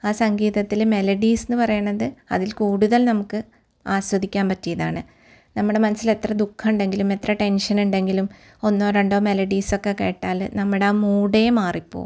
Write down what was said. ആ സംഗീതത്തില് മെലഡീസ് എന്ന് പറയുന്നത് അതിൽ കൂടുതൽ നമുക്ക് ആസ്വദിക്കാൻ പറ്റിയതാണ് നമ്മുടെ മനസ്സില് എത്ര ദുഃഖം ഉണ്ടെങ്കിലും എത്ര ടെൻഷൻ ഉണ്ടെങ്കിലും ഒന്നോ രണ്ടോ മെലഡിസൊക്കെ കേട്ടാല് നമ്മുടെ മൂടെ മാറിപോവും